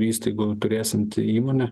įstaigų turėsianti įmonė